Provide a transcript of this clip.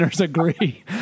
agree